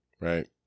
Right